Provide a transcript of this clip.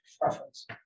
preference